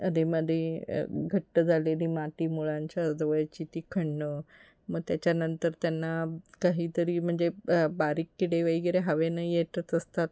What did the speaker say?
अधेमध्ये घट्ट झालेली माती मुळांच्या जवळची ती खणणं मग त्याच्यानंतर त्यांना काहीतरी म्हणजे बारीक किडे वगैरे हवेनं येतच असतात